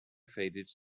faded